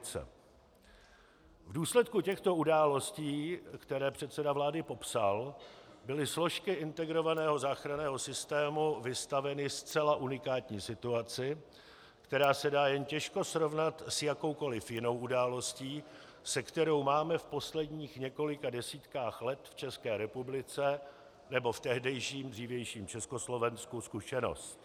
V důsledku těchto událostí, které předseda vlády popsal, byly složky integrovaného záchranného systému vystaveny zcela unikátní situaci, která se dá jen těžko srovnat s jakoukoli jinou událostí, se kterou máme v posledních několika desítkách let v České republice, nebo v tehdejším, dřívějším Československu, zkušenost.